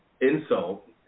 insult